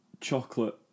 Chocolate